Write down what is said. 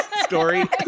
story